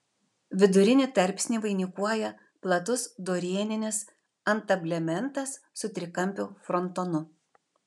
vidurinįjį tarpsnį vainikuoja platus dorėninis antablementas su trikampiu frontonu